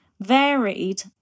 varied